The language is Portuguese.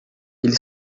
ele